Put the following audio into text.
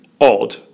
odd